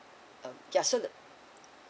um ya so the